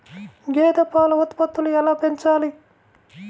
గేదె పాల ఉత్పత్తులు ఎలా పెంచాలి?